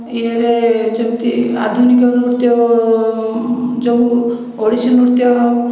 ଇଏରେ ଯେମିତି ଆଧୁନିକ ନୃତ୍ୟ ଯେଉଁ ଓଡ଼ିଶୀ ନୃତ୍ୟ